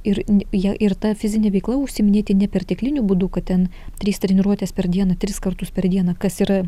ir ja ir ta fizine veikla užsiiminėti nepertekliniu būdu kad ten trys treniruotės per dieną tris kartus per dieną kas yra